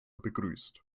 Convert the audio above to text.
begrüßt